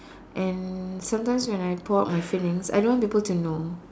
and sometimes when I pour out my feelings I don't want people to know